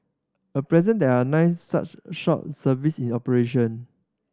at present there are nine such short service in operation